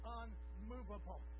unmovable